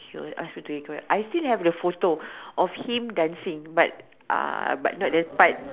he will ask you to ignore I still have the photo of him dancing but uh but not that part